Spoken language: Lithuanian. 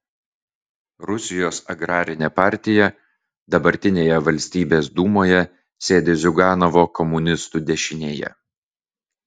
rusijos agrarinė partija dabartinėje valstybės dūmoje sėdi ziuganovo komunistų dešinėje